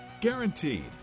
Guaranteed